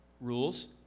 rules